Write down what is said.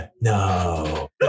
No